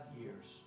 years